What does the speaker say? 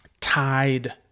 tied